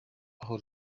aho